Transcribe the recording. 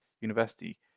University